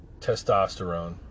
testosterone